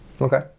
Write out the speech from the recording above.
Okay